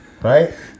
right